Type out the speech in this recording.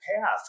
path